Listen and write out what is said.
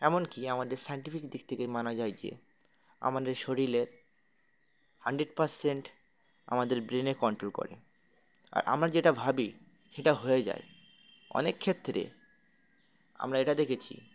এমন কি আমাদের সাইন্টিফিক দিক থেকে মানা যায় যে আমাদের শরীরের হান্ড্রেড পার্সেন্ট আমাদের ব্রেনে কন্ট্রোল করে আর আমরা যেটা ভাবি সেটা হয়ে যায় অনেক ক্ষেত্রে আমরা এটা দেখেছি